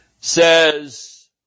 says